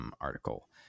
article